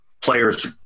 players